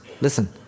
Listen